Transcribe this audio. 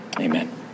Amen